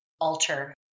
alter